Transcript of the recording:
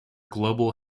global